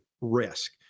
risk